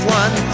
one